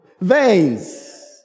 veins